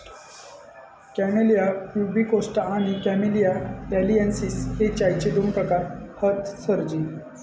camellia pubicosta आणि camellia taliensis हे चायचे दोन प्रकार हत सरजी